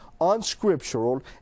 unscriptural